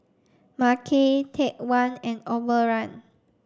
Mackay Take One and Overrun